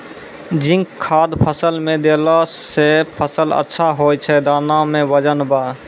zinc खाद फ़सल मे देला से फ़सल अच्छा होय छै दाना मे वजन ब